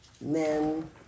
men